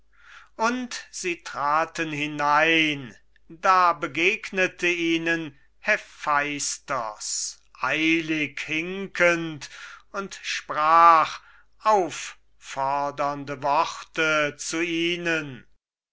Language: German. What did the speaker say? und sie traten hinein da begegnete ihnen hephaistos eilig hinkend und sprach auffordernde worte zu ihnen